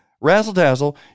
razzle-dazzle